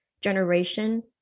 generation